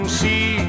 see